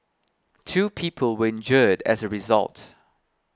two people were injured as a result